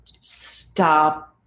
stop